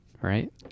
right